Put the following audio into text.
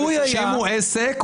שאם הוא עסק,